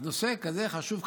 אז נושא כזה חשוב,